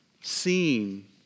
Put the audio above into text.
seen